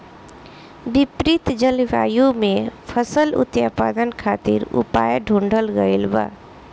विपरीत जलवायु में फसल उत्पादन खातिर उपाय ढूंढ़ल गइल बा